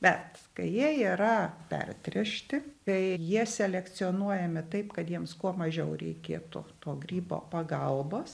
bet kai jie yra pertręšti kai jie selekcionuojami taip kad jiems kuo mažiau reikėtų to grybo pagalbos